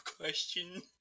question